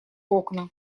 окна